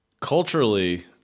culturally